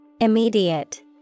Immediate